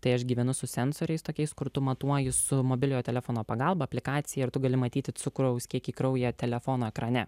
tai aš gyvenu su sensoriais tokiais kur tu matuoji su mobiliojo telefono pagalba aplikaciją ir tu gali matyti cukraus kiekį kraujyje telefono ekrane